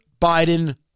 Biden